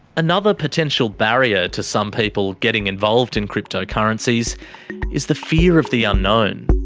another potential barrier to some people getting involved in cryptocurrencies is the fear of the unknown.